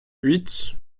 huit